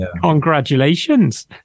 Congratulations